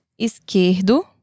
esquerdo